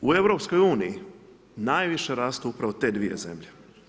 U EU, najviše rastu upravo te dvije zemlje.